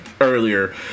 earlier